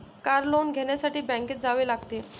car loan घेण्यासाठी बँकेत जावे लागते